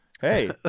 hey